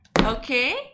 Okay